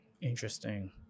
Interesting